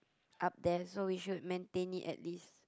up there so we should maintain it at least